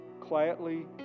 quietly